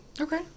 okay